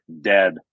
dead